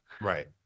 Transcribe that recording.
Right